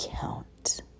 count